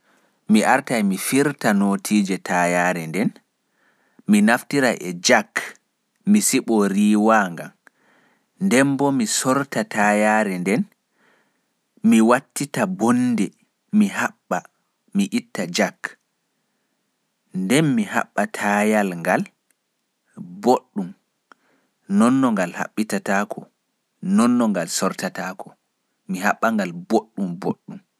Mi artai mi firta notiije tayaare nden mi naftira e jark mi shiɓo riwa ngan, nden bo mi sorta tayare mi wattita bonnde mi haɓɓa, mi itta jark nden mi haɓɓa tayaareheire nden boɗɗum.